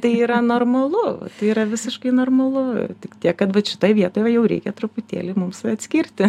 tai yra normalu tai yra visiškai normalu tik tiek kad vat šitoj vietoj va jau reikia truputėlį mums atskirti